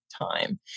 time